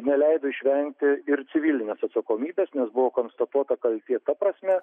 neleido išvengti ir civilinės atsakomybės nes buvo konstatuota kaltė ta prasme